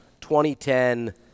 2010